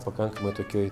pakankamai tokioj